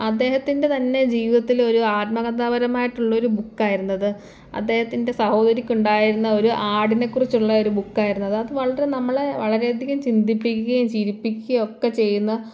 അദ്ദേഹത്തിൻ്റെ തന്നെ ജീവിതത്തിലെ ഒരു ആത്മകഥാപരമായിട്ടുള്ള ഒരു ബുക്കായിരുന്നു അത് അദ്ദേഹത്തിൻ്റെ സഹോദരിയ്ക്ക് ഉണ്ടായിരുന്ന ഒരു ആടിനെക്കുറിച്ചുള്ള ഒരു ബുക്കായിരുന്നു അത് അത് വളരെ നമ്മളെ വളരെയധികം ചിന്തിപ്പിക്കുകയും ചിരിപ്പിക്കുകയുമൊക്കെ ചെയ്യുന്ന